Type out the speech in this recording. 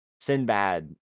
Sinbad